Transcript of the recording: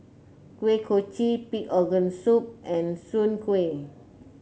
Kuih Kochi Pig Organ Soup and Soon Kueh